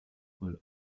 will